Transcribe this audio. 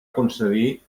concedir